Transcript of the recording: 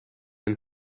and